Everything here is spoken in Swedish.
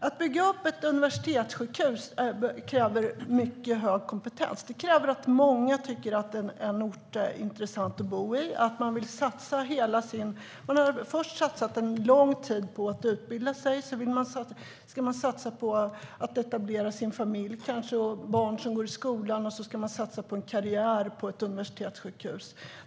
Att bygga upp ett universitetssjukhus kräver mycket hög kompetens. Det kräver att många tycker att en ort är intressant att bo i. Man har först satsat en lång tid på att utbilda sig. Sedan ska man etablera familj, och barnen ska gå i skolan. Sedan ska man satsa på en karriär på ett universitetssjukhus.